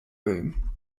room